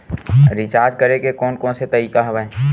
Recharge करे के कोन कोन से तरीका हवय?